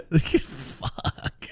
Fuck